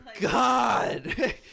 God